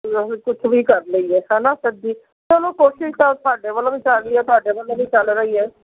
ਕਿ ਅਸੀਂ ਕੁਛ ਵੀ ਕਰ ਲਈਏ ਹੈ ਨਾ ਸਰ ਜੀ ਚਲੋ ਕੋਸ਼ਿਸ਼ ਤਾਂ ਸਾਡੇ ਵੱਲੋਂ ਵੀ ਚੱਲ ਰਹੀ ਹੈ ਤੁਹਾਡੇ ਵੱਲੋਂ ਵੀ ਚੱਲ ਰਹੀ ਹੈ